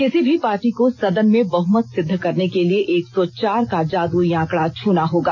किसी भी पार्टी को सदन में बहुमत सिद्ध करने के लिए एक सौ चार का जादुई आंकडा छूना होगा